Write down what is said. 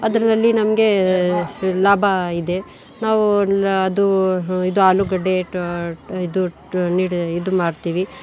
ಅದ್ರಲ್ಲಿ ನಮಗೆ ಲಾಭ ಇದೆ ನಾವು ಅದು ಇದು ಆಲೂಗಡ್ಡೆ ಟೊ ಇದು ನೀಡು ಇದು ಮಾಡ್ತೀವಿ